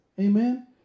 Amen